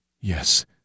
Yes